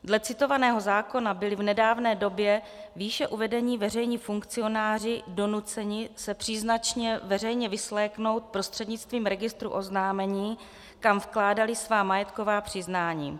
Dle citovaného zákona byly v nedávné době výše uvedení veřejní funkcionáři donuceni se příznačně veřejně vysvléknout prostřednictvím registru oznámení, kam vkládali svá majetková přiznání.